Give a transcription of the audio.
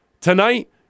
tonight